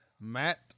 Matt